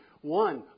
One